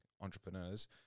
entrepreneurs